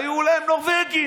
היו להם נורבגים.